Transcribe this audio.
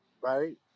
right